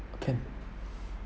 can